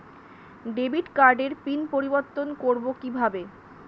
Debit কার্ডের pin পরিবর্তন করবো কীভাবে?